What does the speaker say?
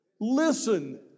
Listen